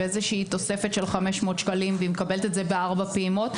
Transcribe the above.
באיזושהי תוספת של 500 שקלים והיא מקבלת את זה בארבע פעימות,